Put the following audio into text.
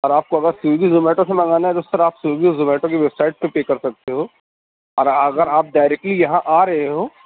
اور آپ کو اگر سویگی زوماٹو سے منگانا ہے تو سر آپ سویگی زوماٹو کی ویب سائٹ پہ پے کر سکتے ہو اور اگر آپ ڈائریکٹلی یہاں آ رہے ہو